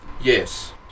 Yes